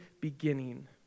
beginning